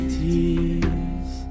tears